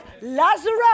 Lazarus